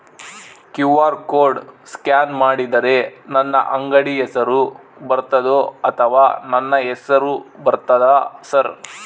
QR code scan ಮಾಡಿದರೆ ನನ್ನ ಅಂಗಡಿ ಹೆಸರು ಬರ್ತದೋ ಅಥವಾ ನನ್ನ ಹೆಸರು ಬರ್ತದ ಸರ್?